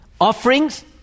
offerings